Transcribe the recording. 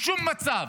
בשום מצב,